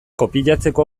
kopiatzeko